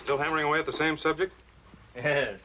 still hammering away at the same subject hea